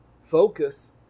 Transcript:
focus